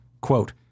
Quote